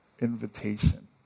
invitation